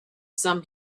some